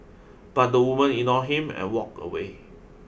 but the woman ignored him and walked away